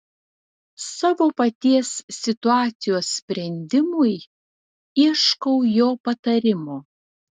savo paties situacijos sprendimui ieškau jo patarimo